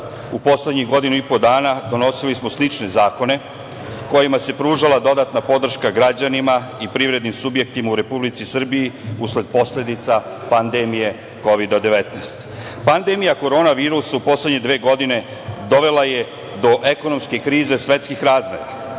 u poslednjih godinu i po dana donosilo smo slične zakone kojima se pružala dodatna podrška građanima i privrednim subjektima u Republici Srbiji usled posledica pandemije Kovid-19.Pandemija korona virusa u poslednje dve godine dovela je do ekonomske krize svetskih razmera,